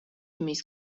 მის